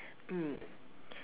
mm